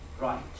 right